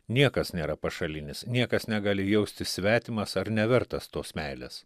niekas nėra pašalinis niekas negali jaustis svetimas ar nevertas tos meilės